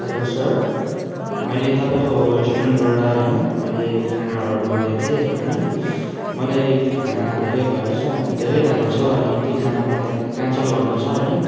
hello sir मैले तपाईँको रेस्टुरेन्टबाट होइन मैले खाना अर्डर गरेको थिएँ होइन मलाई त्यो खाना धेरै भएछ धेरै भएको छ अनि त्यही खाना मलाई क्यान्सल गर्नु छ होइन